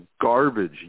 garbage